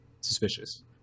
suspicious